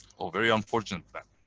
very unfortunate fact.